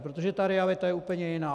Protože ta realita je úplně jiná.